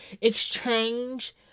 exchange